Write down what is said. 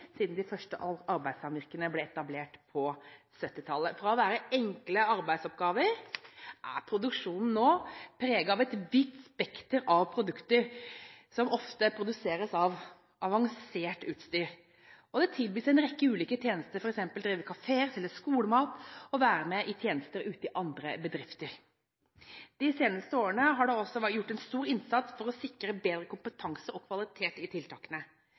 siden de første arbeidssamvirkene ble etablert på 1970-tallet. Fra å være enkle arbeidsoppgaver er produksjonen nå preget av et vidt spekter av produkter som ofte produseres med avansert utstyr. Det tilbys en rekke ulike tjenester, f.eks. å drive kafeer, selge skolemat og være med i tjenester ute i andre bedrifter. De seneste årene har det også vært gjort en stor innsats for å sikre bedre kompetanse og kvalitet i tiltakene,